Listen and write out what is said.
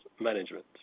management